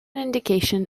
indication